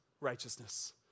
righteousness